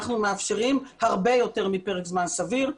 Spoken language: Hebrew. אנחנו מאפשרים הרבה יותר מפרק זמן סביר,